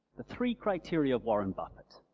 the three criteria of warren buffett.